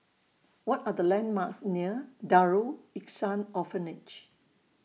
What Are The landmarks near Darul Ihsan Orphanage